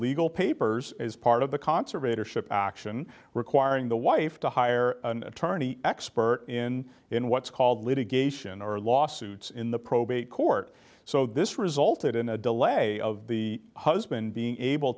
legal papers as part of the conservation ship action requiring the wife to hire an attorney expert in in what's called litigation or lawsuits in the probate court so this resulted in a delay of the husband being able